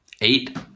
Eight